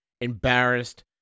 embarrassed